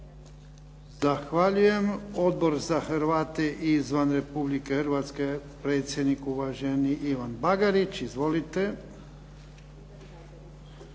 Zahvaljujem. Odbor za Hrvate izvan Republike Hrvatske, predsjednik uvaženi Ivan Bagarić. Izvolite.